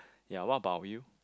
ya what about you